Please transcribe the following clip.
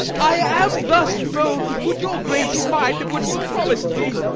i am thus bold to put your grace in mind of what you promis'd me.